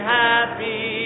happy